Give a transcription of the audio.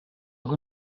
auch